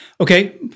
Okay